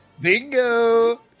Bingo